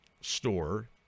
store